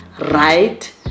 right